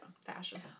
fashion